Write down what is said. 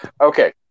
Okay